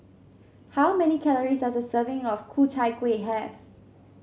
how many calories does a serving of Ku Chai Kuih have